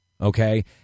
Okay